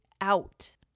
out